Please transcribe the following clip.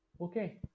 Okay